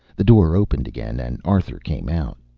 the door opened again and arthur came out.